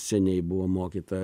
seniai buvo mokyta